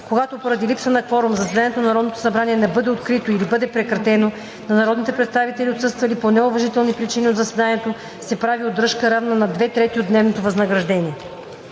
Когато поради липса на кворум заседанието на Народното събрание не бъде открито или бъде прекратено, на народните представители, отсъствали по неуважителни причини от заседанието, се прави удръжка, равна на две трети от дневното възнаграждение.